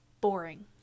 boring